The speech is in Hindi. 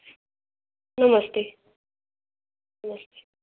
नमस्ते